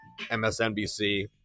MSNBC